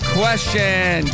question